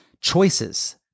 choices